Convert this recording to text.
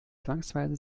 zwangsweise